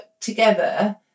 together